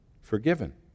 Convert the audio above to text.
forgiven